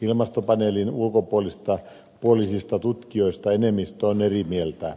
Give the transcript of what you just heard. ilmastopaneelin ulkopuolisista tutkijoista enemmistö on eri mieltä